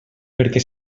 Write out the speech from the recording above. perquè